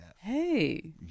Hey